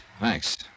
Thanks